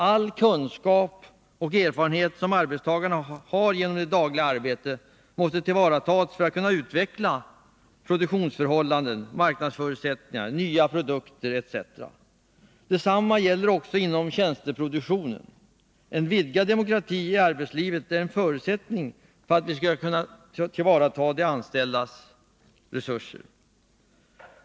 All kunskap och erfarenhet som arbetstagarna har genom sitt dagliga arbete måste vi tillvarata för att utveckla produktionsförhållanden, marknadsförutsättningar, nya och bättre produkter etc. Detsamma gäller också tjänsteproduktionen. En vidgad demokrati i arbetslivet är en förutsättning för att vi skall kunna tillvarata de anställdas resurser.